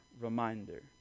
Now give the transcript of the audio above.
reminder